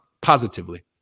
positively